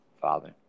Father